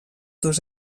dos